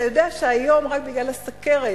אתה יודע שהיום, רק בגלל הסוכרת,